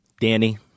danny